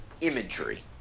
imagery